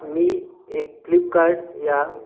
मी एक फ्लिपकार्ट या